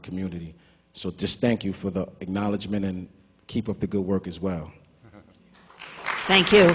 community so distinct you for the acknowledgment and keep up the good work as well thank you